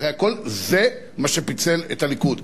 אחרי הכול זה מה שפיצל את הליכוד.